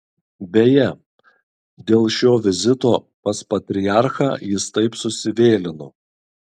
beje dėl šio vizito pas patriarchą jis taip susivėlino